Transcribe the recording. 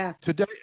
today